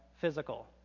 physical